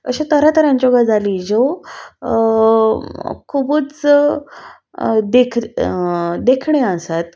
अश्यो तरेतरेच्यो गजाली ज्यो खुबूच देख देखणे आसात